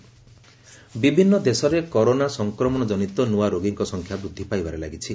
corona world ବିଭିନ୍ନ ଦେଶରେ corona ସଂକ୍ରମଣଜନିତ ନୂଆ ରୋଗୀଙ୍କ ସଂଖ୍ୟା ବୃଦ୍ଧି ପାଇବାରେ ଲାଗିଛି